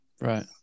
Right